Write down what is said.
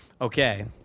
Okay